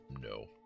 No